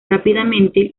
rápidamente